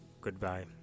Goodbye